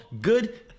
Good